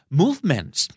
movements